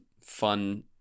fun